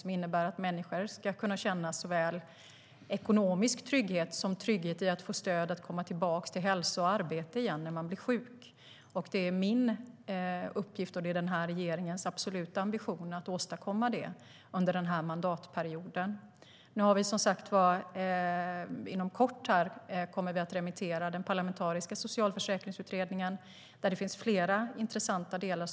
Det innebär att människor ska kunna känna trygghet såväl ekonomiskt som i fråga om att vid sjukdom få stöd att komma tillbaka till hälsa och arbete. Det är min uppgift och den här regeringens absoluta ambition att åstadkomma detta under den här mandatperioden. Inom kort kommer vi att remittera Parlamentariska socialförsäkringsutredningen, där det finns flera intressanta delar.